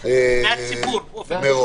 והציבור.